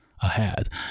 ahead